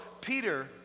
Peter